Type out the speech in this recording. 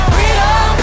Freedom